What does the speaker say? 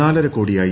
നാലര കോടിയായി